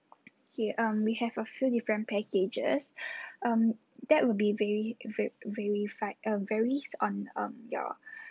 okay um we have a few different packages um that would be very ve~ verified um varies on um your